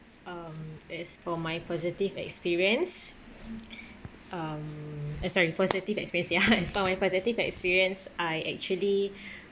um as for my positive experience um eh sorry positive experience ya as for my positive experience I actually